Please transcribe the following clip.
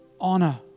honor